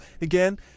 again